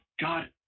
God